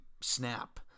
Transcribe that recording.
snap